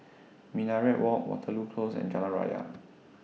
Minaret Walk Waterloo Close and Jalan Raya